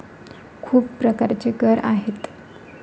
खूप प्रकारचे कर आहेत